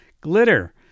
Glitter